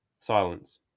Silence